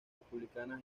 republicanas